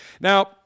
Now